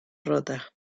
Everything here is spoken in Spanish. rota